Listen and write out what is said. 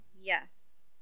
Yes